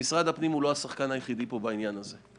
משרד הפנים הוא לא השחקן היחידי בעניין הזה.